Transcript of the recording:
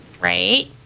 Right